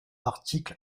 article